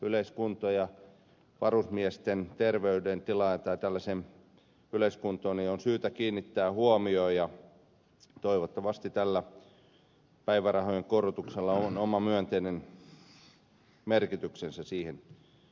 yleiskuntoon ja varusmiesten terveydentilaan on syytä kiinnittää huomiota ja toivottavasti tällä päivärahojen korotuksella on oma myönteinen merkityksensä siihen